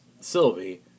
Sylvie